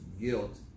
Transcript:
guilt